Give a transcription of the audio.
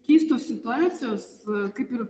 keistos situacijos kaip ir